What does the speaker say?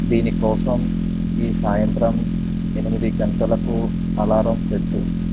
దీనికోసం ఈ సాయంత్రం ఎనిమిది గంటలకు అలారం పెట్టు